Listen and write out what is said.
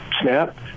snap